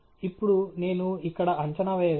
ఇప్పుడు నేను ఇక్కడ అంచనా వేయగలను